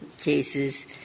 cases